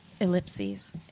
Ellipses